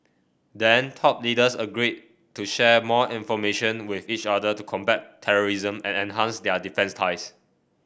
then top leaders agreed to share more information with each other to combat terrorism and enhance their defence ties